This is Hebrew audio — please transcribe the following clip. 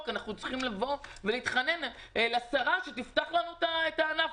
אנחנו צריכים להתחנן בפני השרה שתפתח לנו את הענף.